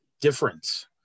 difference